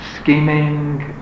Scheming